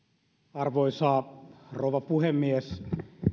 arvoisa rouva puhemies